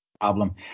Problem